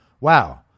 Wow